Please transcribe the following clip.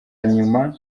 nyuma